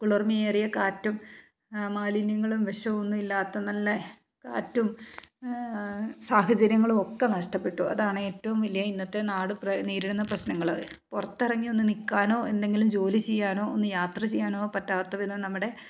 കുളിർമ്മയേറിയ കാറ്റും മാലിന്യങ്ങളും വിഷവും ഒന്നുമില്ലാത്ത നല്ല കാറ്റും സാഹചര്യങ്ങളുമൊക്കെ നഷ്ടപ്പെട്ടു അതാണ് ഏറ്റവും വലിയ ഇന്നത്തെ നാട് നേരിടുന്ന പ്രശ്നങ്ങൾ പുറത്തിറങ്ങി ഒന്ന് നിൽക്കാനോ എന്തെങ്കിലും ജോലി ചെയ്യാനോ ഒന്ന് യാത്ര ചെയ്യാനോ പറ്റാത്ത വിധം നമ്മുടെ